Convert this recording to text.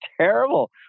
terrible